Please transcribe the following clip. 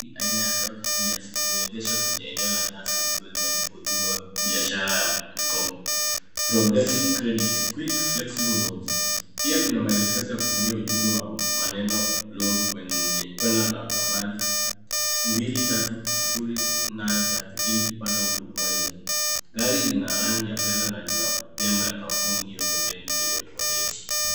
Hii ni aina ya Toyota Hilux limeegeshwa katika eneo la nyasi likiwa limeandikwa ujumbe wa biashara na mikopo. progressive credit quick flexible loans pia kuna maelekezo ya kutumia ujumbe wa maneno loan kwenye kwenda na nambari mbili tatu sufuri nane tatu ili kupata kujia hizo. Gari Lina rangi ya fedha na Lina nembo ya kampuni hiyo pempeni kwenye boneti.